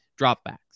dropbacks